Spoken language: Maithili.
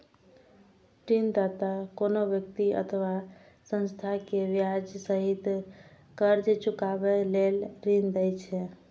ऋणदाता कोनो व्यक्ति अथवा संस्था कें ब्याज सहित कर्ज चुकाबै लेल ऋण दै छै